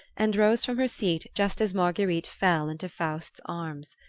and rose from her seat just as marguerite fell into faust's arms.